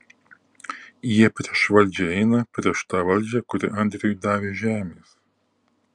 jie prieš valdžią eina prieš tą valdžią kuri andriui davė žemės